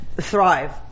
thrive